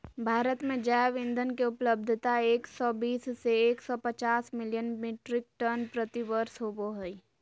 भारत में जैव ईंधन के उपलब्धता एक सौ बीस से एक सौ पचास मिलियन मिट्रिक टन प्रति वर्ष होबो हई